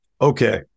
okay